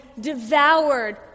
devoured